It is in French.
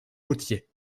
vautier